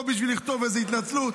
לא בשביל לכתוב איזה התנצלות.